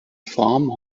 farm